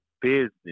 business